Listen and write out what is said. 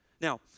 Now